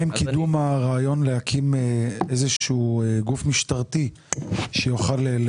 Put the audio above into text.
מה עם קידום הרעיון להקים איזשהו גוף משטרתי שיוכל לאכוף את זה?